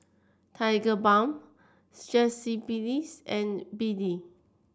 Tigerbalm Strepsils and B D